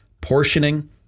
portioning